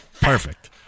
Perfect